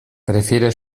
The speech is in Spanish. prefiere